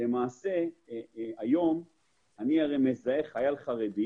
היום אני מזהה חייל חרדי